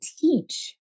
teach